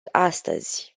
astăzi